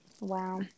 wow